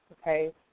Okay